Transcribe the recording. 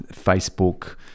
Facebook